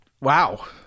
Wow